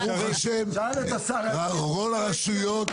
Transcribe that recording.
ברוך ה', כל הרשויות,